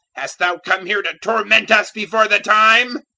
hast thou come here to torment us before the time?